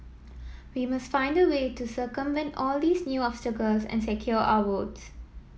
we must find a way to circumvent all these new obstacles and secure our votes